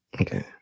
Okay